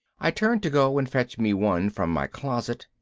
i turned to go and fetch me one from my closet.